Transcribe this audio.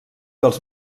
dels